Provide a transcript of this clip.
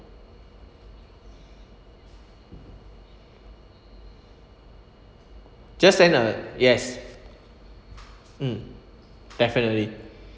just send a yes mm definitely